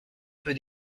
peu